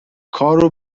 کارو